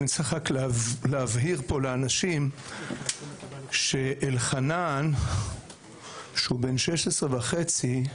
אני צריך רק להבהיר פה לאנשים שאלחנן בן 16 וחצי.